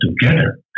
together